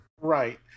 Right